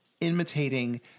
imitating